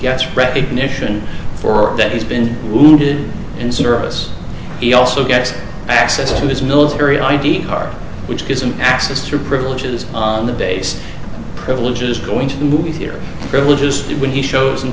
gets recognition for that he's been wounded in service he also gets access to his military id card which gives him access through privileges on the base privileges going to the movie theater privileges and when he shows and